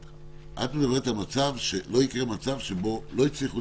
את מדברת על כך שלא יקרה מצב שבו לא הצליחו